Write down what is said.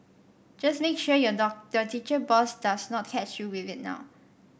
just make sure your dog the teacher boss does not catch you with it now